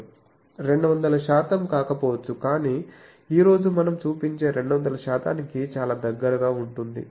200శాతం కాకపోవచ్చు కాని ఈ రోజు మనం చూపించే 200 శాతానికి చాలా దగ్గరగా ఉంటుంది